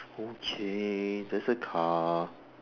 okay there's a car